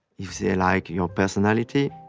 if they like your personality,